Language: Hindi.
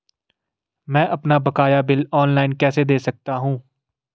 मैं अपना बकाया बिल ऑनलाइन कैसे दें सकता हूँ?